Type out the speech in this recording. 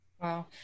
wow